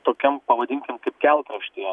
tokiam pavadinkime kaip kelkraštyje